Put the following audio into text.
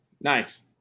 Nice